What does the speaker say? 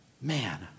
Man